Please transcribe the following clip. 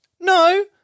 No